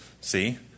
See